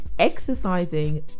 exercising